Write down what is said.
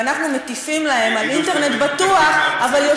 ואנחנו מטיפים להם על אינטרנט בטוח -- הם יגידו ----- אבל הם